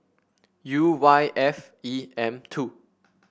U Y F E M two